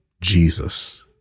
Jesus